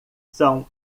são